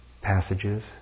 passages